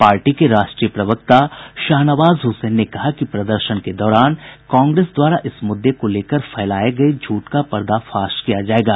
party के राष्ट्रीय प्रवक्ता शाहनवाज हुसैन ने कहा कि प्रदर्शन के दौरान कांग्रेस द्वारा इस मुद्दे को लेकर फैलाये गये झूठ का पर्दाफाश किया जायेगा